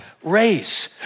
Race